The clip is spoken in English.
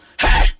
Hey